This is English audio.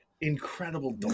incredible